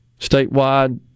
statewide